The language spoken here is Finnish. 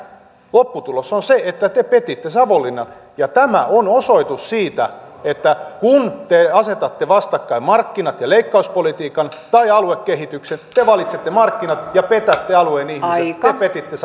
lopputulos on se että te petitte savonlinnan tämä on osoitus siitä että kun te asetatte vastakkain markkinat ja leikkauspolitiikan tai aluekehityksen te valitsette markkinat ja petätte alueen ihmiset te petitte